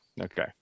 okay